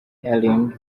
healing